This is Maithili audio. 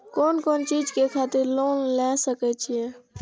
कोन कोन चीज के खातिर लोन ले सके छिए?